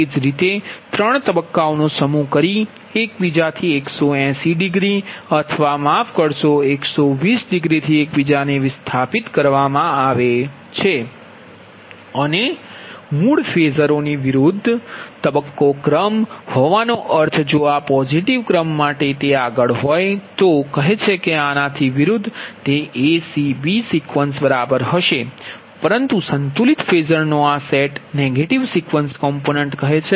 એ જ રીતે ત્રણ તબક્કાઓનો સમૂહ ફરી એક બીજાથી 180 ડિગ્રી અથવા માફ કરશો 120 ડિગ્રીથી એક બીજાથી વિસ્થાપિત છે અને મૂળ ફેસોર ની વિરુદ્ધ તબક્કો ક્રમ હોવાનો અર્થ જો આ પોઝીટીવ ક્રમ માટે જો તે આગળ હોય તો કહે છે કે આનાથી વિરુદ્ધ તે એસીબી સિક્વન્સ બરાબર હશે અને સંતુલિત ફેસોરનો આ સેટ નેગેટિવ સિક્વેન્સ કમ્પોનન્ટ કહે છે